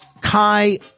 Kai